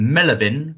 Melvin